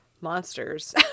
monsters